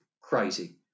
crazy